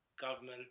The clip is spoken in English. government